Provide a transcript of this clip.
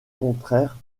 contraire